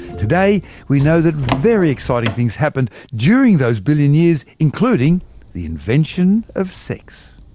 today we know that very exciting things happened during those billion years including the invention of sex.